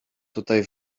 tutaj